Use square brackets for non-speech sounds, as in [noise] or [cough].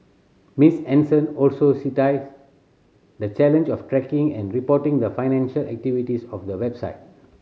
Miss Henson also [unintelligible] the challenge of tracking and reporting the financial activities of the website